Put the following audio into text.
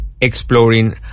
exploring